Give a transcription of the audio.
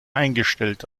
eingestellt